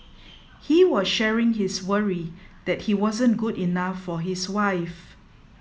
he was sharing his worry that he wasn't good enough for his wife